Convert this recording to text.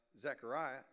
Zechariah